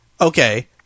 Okay